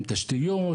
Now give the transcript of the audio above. עם תשתיות,